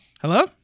Hello